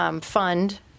fund